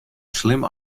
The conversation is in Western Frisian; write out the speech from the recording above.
slim